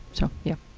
so, yeah.